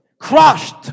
crushed